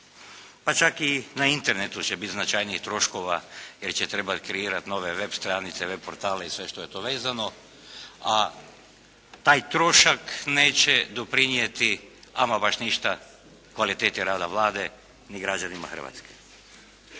pa čak i na Internetu će biti značajnih troškova jer će trebati kreirati nove web stranice, web portale i sve što je to vezano, a taj trošak neće doprinijeti ama baš ništa kvaliteti rada Vlade ni građanima Hrvatske.